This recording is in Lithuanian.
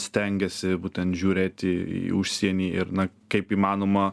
stengiasi būtent žiūrėti į užsienį ir na kaip įmanoma